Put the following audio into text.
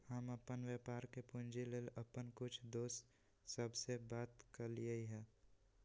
हम अप्पन व्यापार के पूंजी लेल अप्पन कुछ दोस सभ से बात कलियइ ह